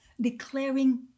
declaring